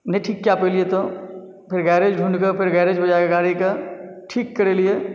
नहि ठीक कय पेलियै तऽ फेर गैरेज ढूँढिके फेर गैरेजपर जाइके गाड़ीके ठीक करेलियै